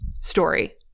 story